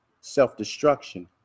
self-destruction